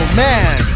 man